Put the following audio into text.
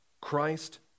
Christ